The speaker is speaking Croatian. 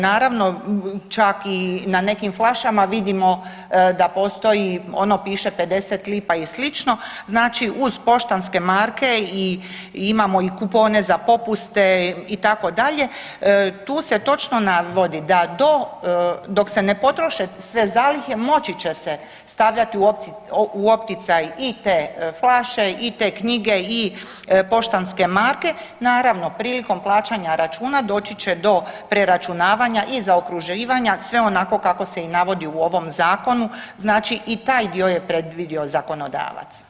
Naravno čak i na nekim flašama vidimo da postoji, ono piše 50 lipa i slično, znači uz poštanske marke i imamo i kupone za popuste itd., tu se točno navodi da do dok se ne potroše sve zalihe moći će se stavljati u opticaj i te flaše i te knjige i poštanske marke, naravno prilikom plaćanja računa doći će do preračunavanja i zaokruživanja sve onako kako se i navodi u ovom zakonu, znači i taj dio je predvidio zakonodavac.